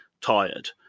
tired